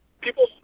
people